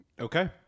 Okay